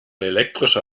elektrische